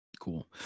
cool